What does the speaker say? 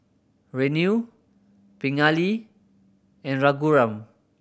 Renu Pingali and Raghuram